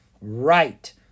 Right